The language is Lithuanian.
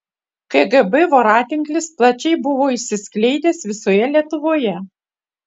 kgb voratinklis plačiai buvo išsiskleidęs visoje lietuvoje